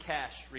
Cash